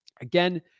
Again